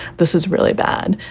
this is really bad.